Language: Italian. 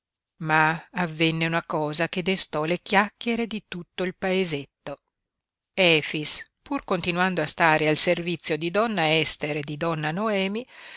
ma avvenne una cosa che destò le chiacchiere di tutto il paesetto efix pur continuando a stare al servizio di donna ester e di donna noemi